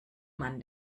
man